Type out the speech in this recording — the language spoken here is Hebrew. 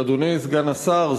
אדוני סגן השר,